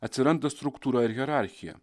atsiranda struktūra ir hierarchija